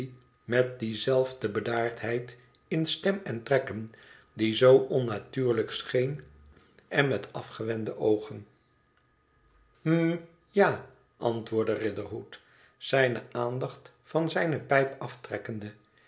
met die zelfde bedaardheid in stem en trekken die zoo onnatuurlijk scheen en met afgewende oogen hm ja antwoordde riderhood zijne aandacht van zijne pijp aftrekkende